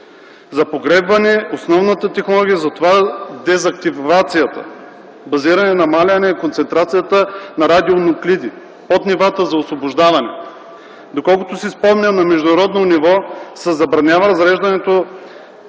за погребване, основната технология за това – дезактивацията, базиране, намаляване, концентрацията на радионуклиди под нивата за освобождаване. Доколкото си спомням, на международно ниво се забранява разреждането